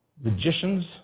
magicians